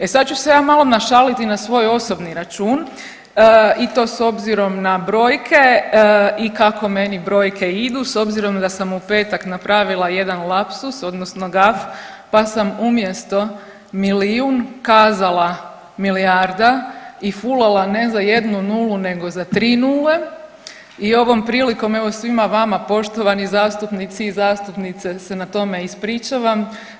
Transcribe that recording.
E sada ću se ja malo našaliti na svoj osobni račun i to s obzirom na brojke i kako meni brojke idu s obzirom da sam u petak napravila jedan lapsus odnosno gaf pa sam umjesto milijun kazala milijarda i fulala ne za jednu nulu nego za tri nule i ovom prilikom svima vama poštovani zastupnici i zastupnice se na tome ispričavam.